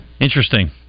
Interesting